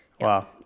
wow